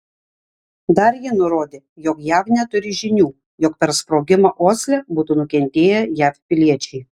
dar ji nurodė jog jav neturi žinių jog per sprogimą osle būtų nukentėję jav piliečiai